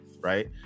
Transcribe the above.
right